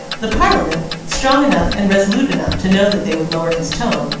the parliament, strong enough and resolute enough to know that they would lower his tone,